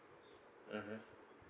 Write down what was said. mmhmm